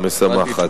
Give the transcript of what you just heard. המשמחת.